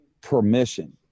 permission